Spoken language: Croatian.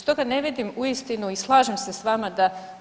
Stoga ne vidim uistinu i slažem se s vama